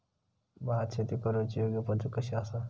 भात शेती करुची योग्य पद्धत कशी आसा?